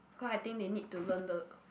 cause I think they need to learn the